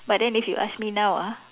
but then if you ask me now ah